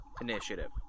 initiative